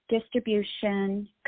distribution